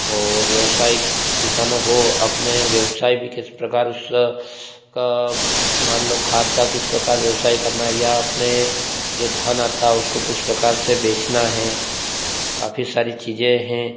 और व्यवसाय किसानों को अपने व्यवसाय भी किस प्रकार से कब मान लो खाता किस प्रकार व्यवसाय करना या अपने जो धन आता है उसको किस प्रकार से बेचना है काफी सारी चीज़ें हैं